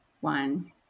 one